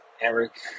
Eric